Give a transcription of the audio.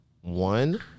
one